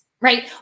Right